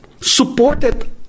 supported